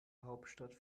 hauptstadt